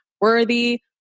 worthy